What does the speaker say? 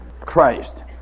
Christ